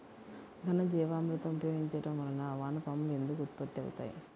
ఘనజీవామృతం ఉపయోగించటం వలన వాన పాములు ఎందుకు ఉత్పత్తి అవుతాయి?